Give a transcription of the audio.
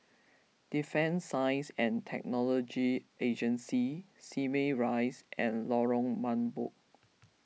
Defence Science and Technology Agency Simei Rise and Lorong Mambong